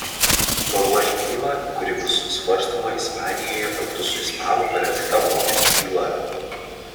paruoš bylą kuri bus svarstoma ispanijoje kartu su ispanų parengta mokesčių byla